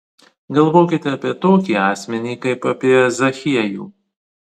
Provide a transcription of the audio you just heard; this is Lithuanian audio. galvokite apie tokį asmenį kaip apie zachiejų